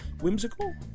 whimsical